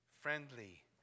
friendly